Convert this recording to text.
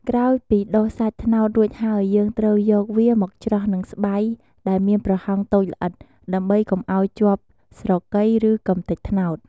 ក្រោយពីដុសសាច់ត្នោតរួចហើយ យើងត្រូវយកវាមកច្រោះនឹងស្បៃដែលមានប្រហោងតូចល្អិត ដើម្បីកុំឱ្យជាប់ស្រកី ឬកម្ទេចត្នោត។